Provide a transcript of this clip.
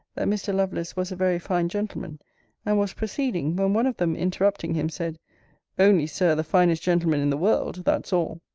that mr. lovelace was a very fine gentleman and was proceeding, when one of them, interrupting him, said only, sir, the finest gentleman in the world that's all.